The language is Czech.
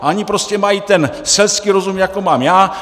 Oni prostě mají ten selský rozum jako mám já.